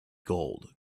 gold